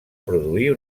produir